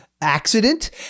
accident